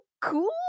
cool